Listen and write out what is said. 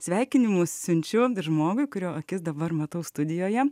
sveikinimus siunčiu žmogui kurio akis dabar matau studijoje